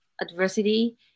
adversity